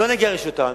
לא נגרש אותם,